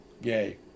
Yay